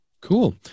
Cool